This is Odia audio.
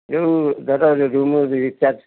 ଯେଉଁ ଧର ରୁମ୍ ରିଚାର୍ଜ